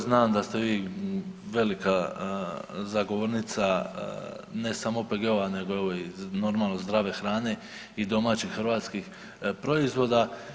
Znam da ste vi velika zagovornica ne samo OPG-ova nego evo i normalno zdrave hrane i domaćih hrvatskih proizvoda.